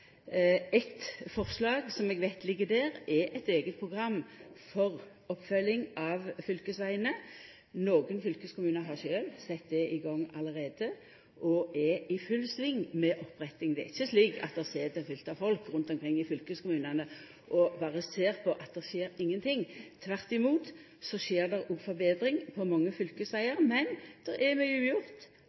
eige program for oppfølging av fylkesvegane. Nokre fylkeskommunar har sjølv sett i gang allereie og er i full sving med oppretting. Det er ikkje slik at det sit fullt av folk rundt omkring i fylkeskommunane og berre ser på at det ikkje skjer nokon ting. Tvert imot skjer det òg forbetring på mange fylkesvegar. Men det er mykje ugjort,